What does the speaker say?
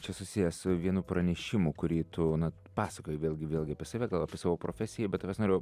čia susiję su vienu pranešimu kurį tu na pasakojai vėlgi vėlgi apie save gal apie savo profesiją bet tavęs norėjau